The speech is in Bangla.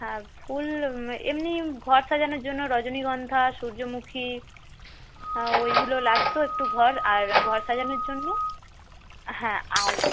না ফুল এমনি ঘর সাজানোর জন্যে রজনীগন্ধা সূর্যমুখী ওইগুলো লাগত একটু ঘর আর ঘর সাজানোর জন্য হ্যাঁ আর